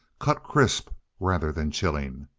cut crisp rather than chilling.